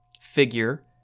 figure